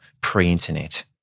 pre-internet